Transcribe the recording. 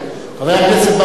חבר הכנסת בר-און,